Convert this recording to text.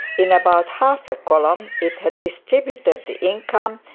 in about half a column it had distributed the income,